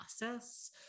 process